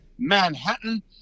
Manhattan